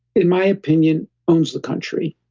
in my opinion, owns the country.